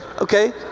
Okay